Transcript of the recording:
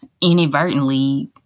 inadvertently